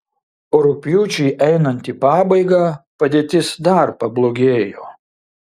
o rugpjūčiui einant į pabaigą padėtis dar pablogėjo